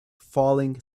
falling